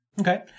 Okay